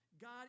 God